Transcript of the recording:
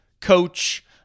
coach